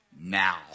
now